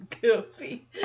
goofy